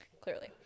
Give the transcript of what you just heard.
Clearly